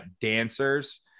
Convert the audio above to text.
dancers